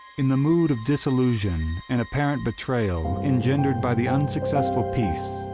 in the mood of disillusion and apparent betrayal engendered by the unsuccessful peace,